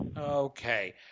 Okay